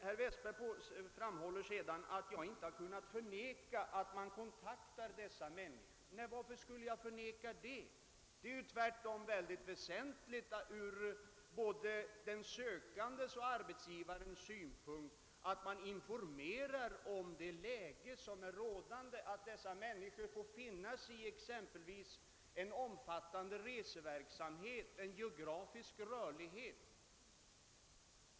Herr ' Westberg gör gällande att jag inte har kunnat förneka att man kontaktar vederbörande personer. Nej, varför skulle jag förneka det? Det är tvärtom mycket väsentligt från både den sökandes och arbetsgivarens synpunkt att mån informerar om det läge som är rådande, exempelvis om att vederbörande får finna sig i en omfattande reseverksamhet, en geografisk rörlighet.